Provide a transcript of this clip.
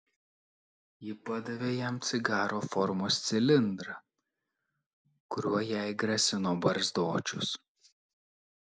ji padavė jam cigaro formos cilindrą kuriuo jai grasino barzdočius